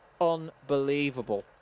unbelievable